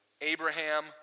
Abraham